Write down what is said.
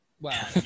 Wow